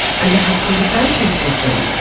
and to have conversations with them.